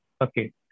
Okay